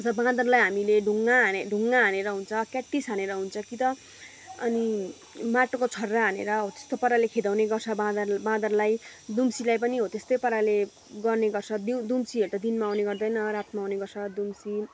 र बाँदरलाई हामीले ढुङ्गा हाने ढुङ्गा हानेर हुन्छ क्याटिस हानेर हुन्छ कि त अनि माटोको छर्रा हानेर हो त्यस्तो पाराले खेदाउने गर्छ बाँदर बाँदरलाई दुम्सीलाई पनि हो त्यस्तै पाराले गर्ने गर्छ दु दुम्सीहरू त दिनमा आउने गर्दैन रातमा आउने गर्छ दुम्सी